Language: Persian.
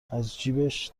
ازجیبش